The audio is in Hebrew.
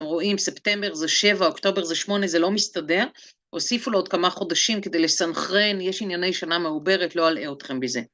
רואים, ספטמבר זה שבע, אוקטובר זה שמונה, זה לא מסתדר, הוסיפו לו עוד כמה חודשים כדי לסנכרן, יש ענייני שנה מעוברת, לא אלאה אתכם בזה.